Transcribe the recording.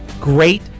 great